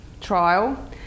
trial